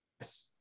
yes